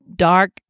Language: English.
Dark